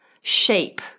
shape